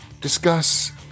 discuss